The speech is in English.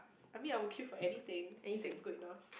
I mean I would kill for anything if it's good enough